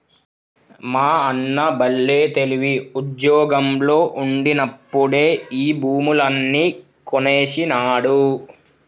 మా అన్న బల్లే తెలివి, ఉజ్జోగంలో ఉండినప్పుడే ఈ భూములన్నీ కొనేసినాడు